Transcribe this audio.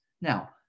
Now